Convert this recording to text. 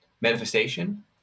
manifestation